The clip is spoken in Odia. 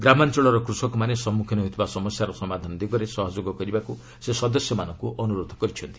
ଗ୍ରାମାଞଳର କୃଷକମାନେ ସମ୍ମୁଖୀନ ହେଉଥିବା ସମସ୍ୟାର ସମାଧାନ ଦିଗରେ ସହଯୋଗ କରିବାକୁ ସେ ସଦସ୍ୟମାନଙ୍କୁ ଅନୁରୋଧ କରିଛନ୍ତି